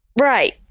Right